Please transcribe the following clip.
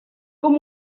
com